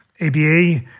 ABA